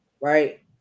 Right